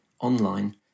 online